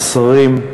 השרים,